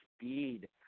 speed